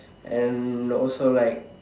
and also like